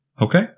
Okay